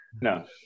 No